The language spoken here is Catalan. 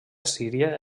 síria